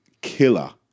killer